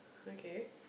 okay